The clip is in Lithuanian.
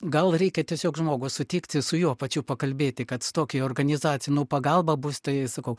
gal reikia tiesiog žmogų sutikti su juo pačiu pakalbėti kad stok į organizaciją nu pagalba bus tai sakau